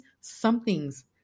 something's